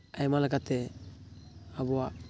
ᱟᱭᱢᱟ ᱞᱮᱠᱟᱛᱮ ᱟᱵᱚᱣᱟᱜ